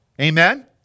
Amen